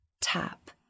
Tap